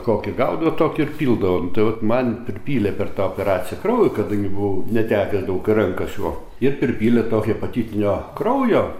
kokį gaudavo tokį ir pildavo nu tai vat man pripylė per tą operaciją kraujo kadangi buvau netekęs daug kai ranką siuvo ir pripylė to hepatinio kraujo